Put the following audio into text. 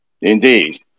Indeed